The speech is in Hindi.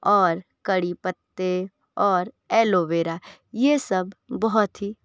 और कढ़ी पत्ते और एलोवेरा ये सब बहुत ही